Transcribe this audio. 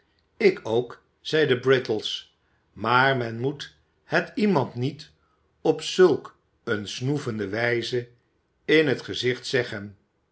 ik ook zeide brittles maar men moet het iemand niet op zulk eene snoevende wijze in het gezicht zeggen